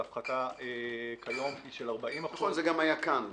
ההפחתה כיום היא של 40%. נכון, זה גם היה כאן.